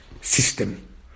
system